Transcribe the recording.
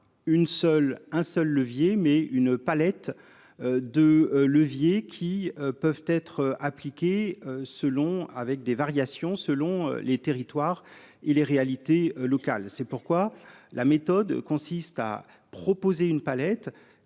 un seul levier mais une palette. De levier qui peuvent être appliquées selon avec des variations selon les territoires. Il les réalités locales. C'est pourquoi la méthode consiste à proposer une palette.